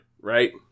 right